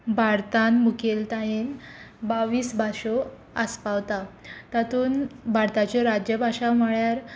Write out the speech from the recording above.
भारतान मुखेलतायेन बाव्वीस भासो आस्पावतात तातूंत भारताच्यो राज्यभाशा म्हळ्यार